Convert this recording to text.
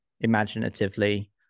imaginatively